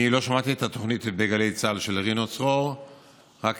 אני לא שמעתי את התוכנית של רינו צרור בגלי צה"ל,